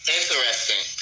Interesting